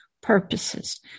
purposes